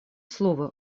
слово